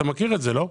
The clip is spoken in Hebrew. אתה מכיר את זה, לא?